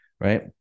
right